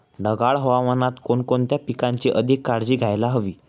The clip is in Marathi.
ढगाळ हवामानात कोणकोणत्या पिकांची अधिक काळजी घ्यायला हवी?